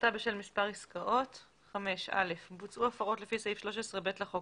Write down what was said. "הפחתה בשל מספר עסקאות 5. (א) בוצעו הפרות לפי סעיף 13(ב) לחוק,